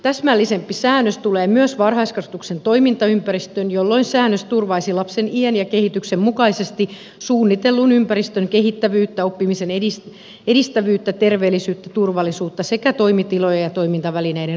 täsmällisempi säännös tulee myös varhaiskasvatuksen toimintaympäristöön jolloin säännös turvaisi lapsen iän ja kehityksen mukaisesti suunnitellun ympäristön kehittävyyttä oppimisen edistävyyttä terveellisyyttä turvallisuutta sekä toimitiloja ja toimintavälineiden asianmukaisuutta ja esteettömyyttä